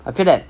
I feel that